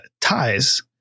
ties